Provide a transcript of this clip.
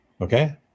okay